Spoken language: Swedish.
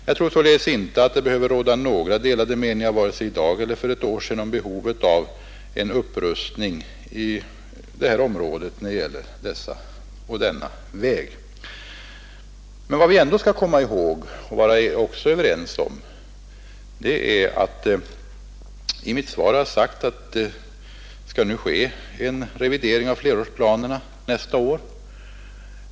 Jag tror således inte att det behöver råda några delade meningar i dag — liksom inte heller för ett år sedan — om behovet av en upprustning av denna väg. I mitt svar har jag sagt att flerårsplanerna skall revideras nästa år.